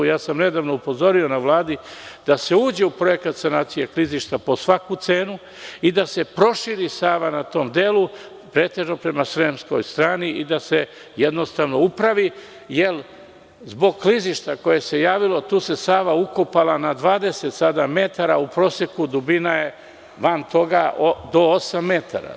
Nedavno sam upozorio na Vladi da se uđe u projekat sanacije klizišta po svaku cenu i da se proširi Sava na tom delu, pretežno prema sremskoj strani i da se jednostavno upravi, jer zbog klizišta koje se javilo, tu se Sava ukopala sada na 20 metara, u proseku dubina je van toga do osam metara.